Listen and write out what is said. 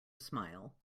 smile